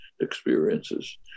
experiences